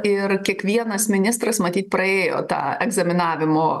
ir kiekvienas ministras matyt praėjo tą egzaminavimo